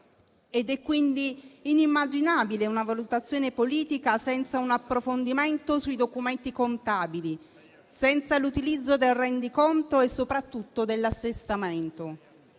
È quindi inimmaginabile una valutazione politica senza un approfondimento sui documenti contabili, senza l'utilizzo del rendiconto e soprattutto dell'assestamento,